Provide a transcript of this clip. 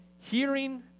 hearing